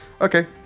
Okay